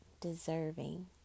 deserving